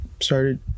started